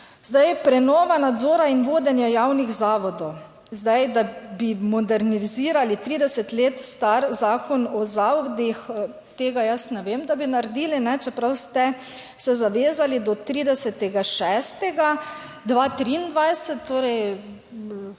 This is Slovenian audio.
Prenova nadzora in vodenje javnih zavodov, da bi modernizirali 30 let star zakon o zavodih tega jaz ne vem, da bi naredili, čeprav ste se zavezali do 30. 6. 2023, torej